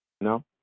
No